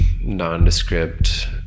nondescript